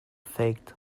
faked